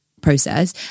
process